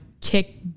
kick